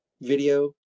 video